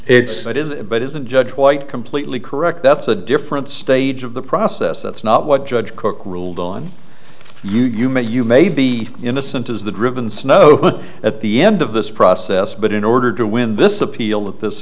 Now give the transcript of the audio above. it's it is but is a judge white completely correct that's a different stage of the process that's not what judge cooke ruled on you you may you may be innocent as the driven snow at the end of this process but in order to win this appeal at this